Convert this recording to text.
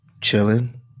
Chilling